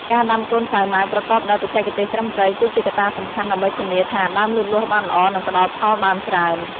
ការដាំកូនសាវម៉ាវប្រកបដោយបច្ចេកទេសត្រឹមត្រូវ គឺជាកត្តាសំខាន់ដើម្បីធានាថាដើមលូតលាស់បានល្អ និងផ្ដល់ផលបានច្រើន។